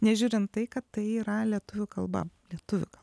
nežiūrint tai kad tai yra lietuvių kalba lietuvių